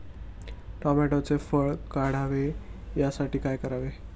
टोमॅटोचे फळ वाढावे यासाठी काय करावे?